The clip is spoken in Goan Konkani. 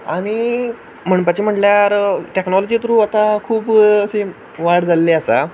आनी म्हणपाचें म्हणल्यार टेक्नॉलोजी थ्रू खूब अशें वाड जाल्लें आसा